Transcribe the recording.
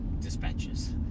dispatches